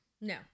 No